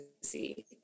see